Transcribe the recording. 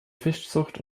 fischzucht